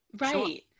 right